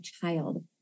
child